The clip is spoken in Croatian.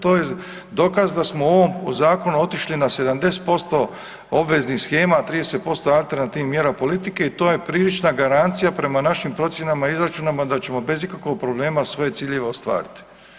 To je dokaz da smo u ovom zakonu otišli na 70% obveznih shema a 30% alternativnih mjera politike, to je prilična garancija prema našim procjenama i izračunima da ćemo bez ikakvog problema svoje ciljeve ostvariti.